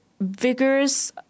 vigorous